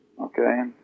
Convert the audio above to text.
Okay